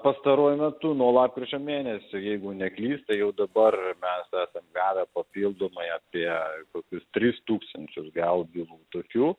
pastaruoju metu nuo lapkričio mėnesio jeigu neklystu jau dabar mes esam gavę papildomai apie kokius tris tūkstančius gal bylų tokių